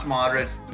Moderates